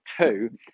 Two